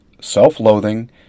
self-loathing